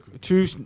two